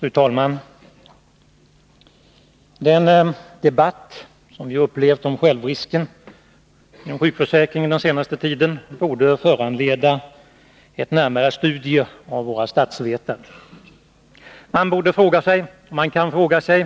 Fru talman! Den debatt som vi under den senaste tiden har upplevt om självrisken i sjukförsäkringen borde föranleda ett närmare studium från våra statsvetare. Men kan fråga sig